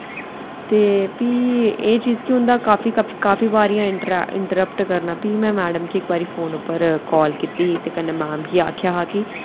ते भी एह् चीज कि उं'दा काफी काफी बारी इंटरप्ट करना भी में मैडम गी इक बारी फोन उप्पर काल कीती ही ते कन्नै मैम गी आखेआ हा कि